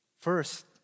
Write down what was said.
First